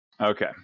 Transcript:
Okay